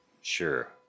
Sure